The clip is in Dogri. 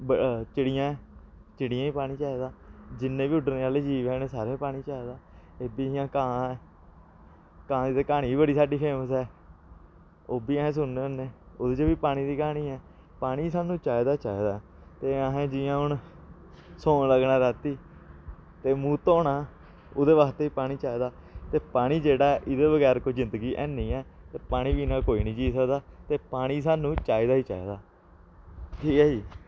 चिड़ियां ऐ चिड़ियें गी बी पानी चाहिदा जिन्ने बी उड्डने आहले जीव हैन सारे गी पानी चाहिदा ऐ बी इ'यां कांऽ कांऽ दी ते क्हानी साढ़ी बड़ी फेमस ऐ ओह् बी अस सुनने होन्ने ओह्दे च बी पानी दी क्हानी ऐ पानी सानूं चाहिदा चाहिदा ऐ ते असें जि'यां हून सौन लग्गना रातीं ते मूंह् धोना ओह्दे बास्ते बी पानी चाहिदा ते पानी जेह्ड़ा ऐ एह्दे बगैर कोई जिंदगी है निं ऐ ते पानी बिना कोई निं जी सकदा ते पानी सानूं चाहिदा गै चाहिदा ठीक ऐ जी